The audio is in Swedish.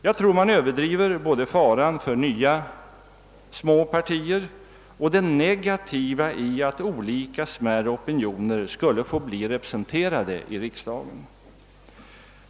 Jag tror man överdriver både faran för nya, små partier och det negativa i att olika smärre opinioner skulle få bli representerade i riksdagen.